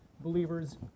believers